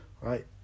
right